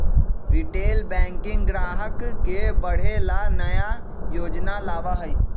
retail banking ग्राहक के बढ़े ला नया योजना लावा हई